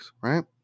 right